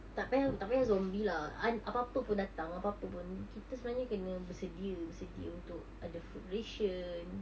tak payah tak payah zombie lah an~ apa-apa pun datang apa-apa pun kita sebenarnya kena bersedia bersedia untuk ada food ration